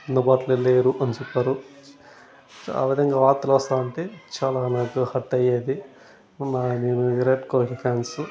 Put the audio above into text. అందుబాటులో లేరు అని చెప్పారు ఆ విధంగా వార్తలు వస్తూ ఉంటే చాలా నాకు హర్ట్ అయ్యేది విరాట్ కోహ్లీ ఫ్యాన్స్